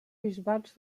bisbats